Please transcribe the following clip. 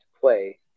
play